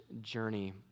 journey